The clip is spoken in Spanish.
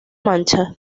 mancha